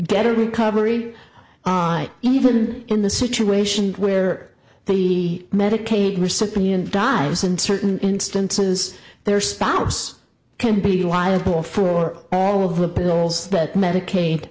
get a recovery even in the situation where the medicaid recipient dives in certain instances their spouse can be liable for all of the bills that medica